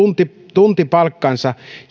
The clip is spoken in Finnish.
tuntipalkkansa